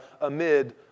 amid